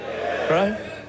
right